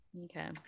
Okay